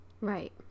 Right